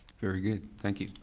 very good. thank you.